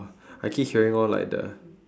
I keep hearing all like the